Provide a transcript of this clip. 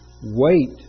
wait